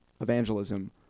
evangelism